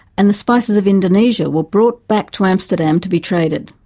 and the spices of indonesia, were brought back to amsterdam to be traded.